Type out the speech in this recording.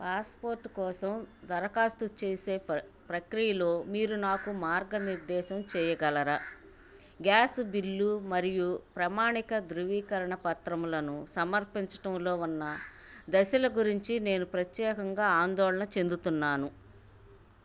passport కోసం దరఖాస్తు చేసే ప్ర ప్రక్రియలో మీరు నాకు మార్గనిర్దేశం చేయగలరా గ్యాస్ బిల్లు మరియు ప్రామాణిక ధృవీకరణ పత్రములను సమర్పించటంలో ఉన్న దశల గురించి నేను ప్రత్యేకంగా ఆందోళన చెందుతున్నాను